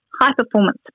high-performance